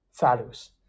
values